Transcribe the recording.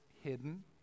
hidden